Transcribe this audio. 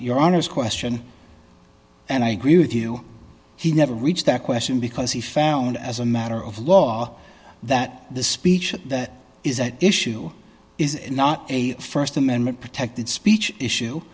your honour's question and i agree with you he never reached that question because he found as a matter of law that the speech that is at issue is not a st amendment protected speech issue